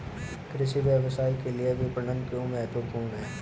कृषि व्यवसाय के लिए विपणन क्यों महत्वपूर्ण है?